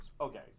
Okay